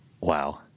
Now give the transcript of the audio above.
Wow